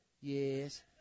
Yes